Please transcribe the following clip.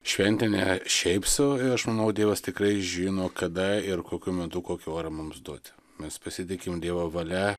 šventė ne šiaip sau aš manau dievas tikrai žino kada ir kokiu metu kokį orą mums duoti mes pasitikim dievo valia